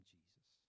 Jesus